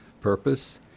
purpose